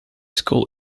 school